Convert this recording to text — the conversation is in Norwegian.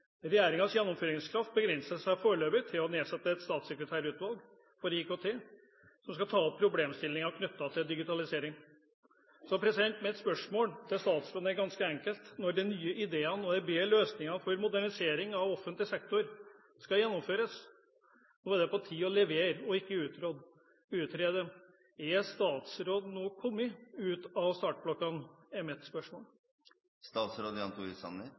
gjennomføringskraft begrenser seg foreløpig til å nedsette et statssekretærutvalg for IKT som skal ta opp problemstillinger knyttet til digitalisering. Mitt spørsmål til statsråden er ganske enkelt. Når de nye ideene og de bedre løsningene for modernisering av offentlig sektor skal gjennomføres, er det på tide å levere og ikke utrede. Er statsråden nå kommet ut av startblokkene, er mitt